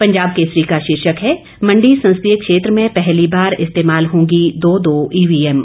पंजाब केसरी का शीर्षक है मंडी संसदीय क्षेत्र में पहली बार इस्तेमाल होंगी दो दो ईवीएम